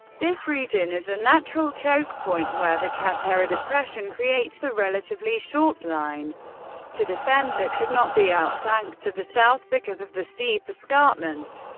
this region is a natural choke point, where the qattara depression creates a relatively short line to defend that could not be outflanked to the south, because of the steep escarpment.